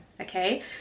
Okay